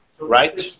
right